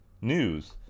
news